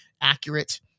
accurate